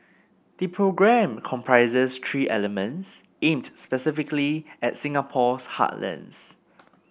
the programme comprises three elements aimed specifically at Singapore's heartlands